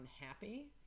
unhappy